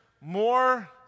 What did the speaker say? more